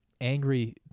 angry